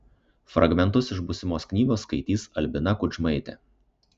fragmentus iš būsimos knygos skaitys albina kudžmaitė